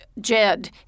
Jed